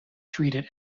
treated